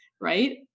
right